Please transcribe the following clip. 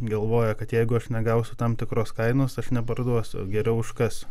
galvoja kad jeigu aš negausiu tam tikros kainos aš neparduosiu geriau užkasiu